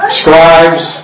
scribes